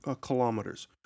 kilometers